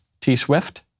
T-Swift